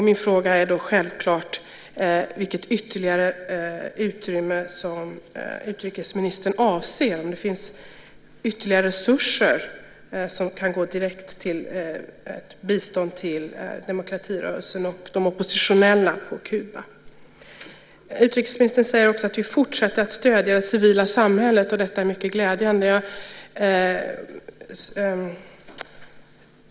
Min fråga är då självklart vilket ytterligare utrymme som utrikesministern avser, om det finns ytterligare resurser som kan gå direkt till bistånd till demokratirörelsen och de oppositionella på Kuba. Utrikesministern säger också att vi fortsätter att stödja det civila samhället och att detta är mycket glädjande.